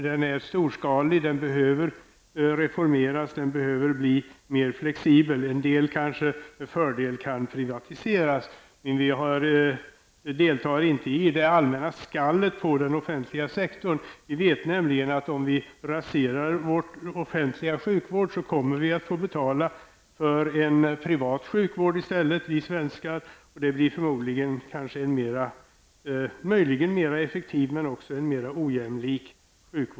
Den är storskalig. Den behöver reformeras, och den behöver bli mer flexibel. En del av den kanske med fördel kan privatiseras. Vi deltar emellertid inte i det allmänna skallet som riktas mot den offentliga sektorn. Vi vet nämligen att om vi raserar vår offentliga sjukvård, kommer vi svenskar i stället att få betala för en privat sjukvård, och den sjukvården blir möjligen mer effektiv men också mer ojämlik.